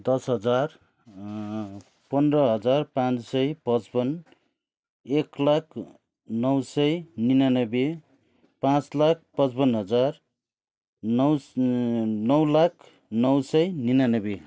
दस हजार पन्ध्र हजार पाँच सय पचपन्न एक लाख नौ सय निनानब्बे पाँच लाख पचपन्न हजार नौ लाख नौ सय निनानब्बे